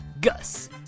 Gus